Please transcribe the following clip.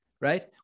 right